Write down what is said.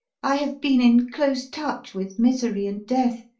i have been in close touch with misery and death,